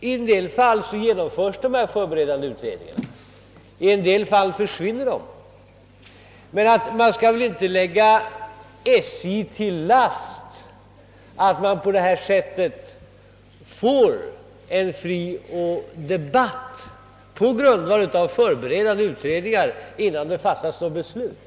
I en del fall genomföres de planer som har utretts, i andra fall försvinner utredningarna. Vi bör emellertid inte lägga SJ till last att det på detta sätt lämnas möjlighet till en fri debatt på grundval av förberedande utredningar innan något beslut har fattats.